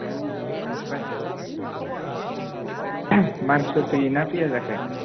ए ओमफ्राय मानसिफोर फैयोना फैया जाखो